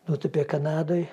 nutūpė kanadoj